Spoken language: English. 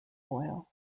oil